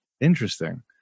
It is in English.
Interesting